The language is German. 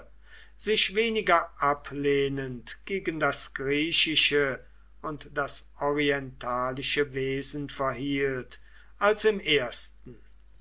sich weniger ablehnend gegen das griechische und das orientalische wesen verhielt als im ersten